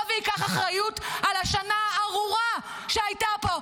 וייקח אחריות על השנה הארורה שהייתה פה,